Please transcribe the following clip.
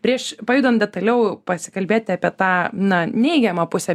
prieš pajudant detaliau pasikalbėti apie tą na neigiamą pusę